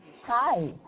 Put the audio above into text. Hi